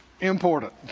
important